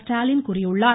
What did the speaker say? ஸ்டாலின் கூறியுள்ளார்